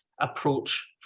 approach